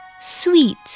Sweet